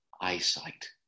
eyesight